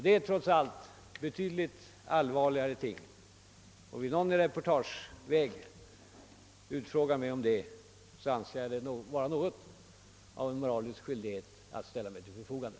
Det är trots allt betydelsefullare ting. Och vill någon i ett reportage utfråga mig om min inställning i dessa frågor, anser jag det vara något av en moralisk skyldighet att ställa mig till förfogande.